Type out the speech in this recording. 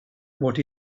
what